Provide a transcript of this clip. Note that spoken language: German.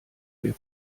wir